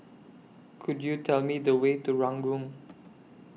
Could YOU Tell Me The Way to Ranggung